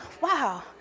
wow